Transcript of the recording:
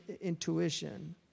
intuition